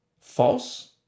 false